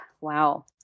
wow